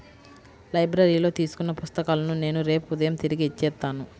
లైబ్రరీలో తీసుకున్న పుస్తకాలను నేను రేపు ఉదయం తిరిగి ఇచ్చేత్తాను